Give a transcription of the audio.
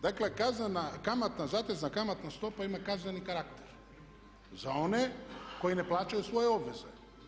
Dakle zatezna kamatna stopa ima kazneni karakter za one koji ne plaćaju svoje obveze.